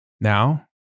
Now